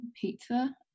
pizza